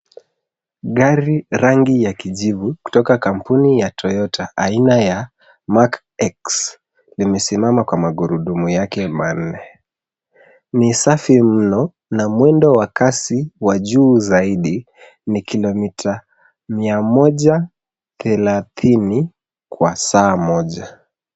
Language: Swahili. Gari rangi ya kijivu kutoka kampuni ya Toyota aina ya Mark X limesimama kwa magurudumu yake manne. Ni safi mno na mwendo wa kasi wa juu zaidi ni kilomita 130 kwa saa moja.